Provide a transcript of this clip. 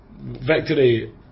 victory